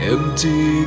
Empty